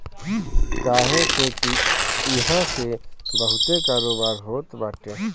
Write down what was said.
काहे से की इहा से बहुते कारोबार होत बाटे